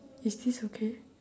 is this okay